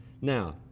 Now